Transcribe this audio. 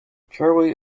charlie